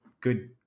good